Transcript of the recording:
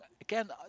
again